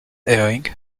airing